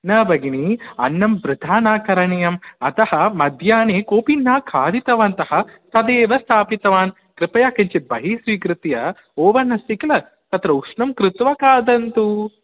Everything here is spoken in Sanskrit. न भगिनी अन्नं वृथा न करणीयम् अतः मध्याह्णे कोपि न खादितवन्तः तदेव स्थापितवान् कृपया किञ्चित् बहिः स्वीकृत्य ओवन् अस्ति किल तत्र उष्णं कृत्वा खादन्तु